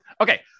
Okay